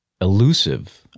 elusive